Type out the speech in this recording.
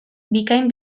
bikain